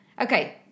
Okay